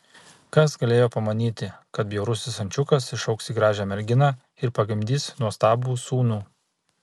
kas galėjo pamanyti kad bjaurusis ančiukas išaugs į gražią merginą ir pagimdys nuostabų sūnų